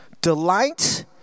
Delight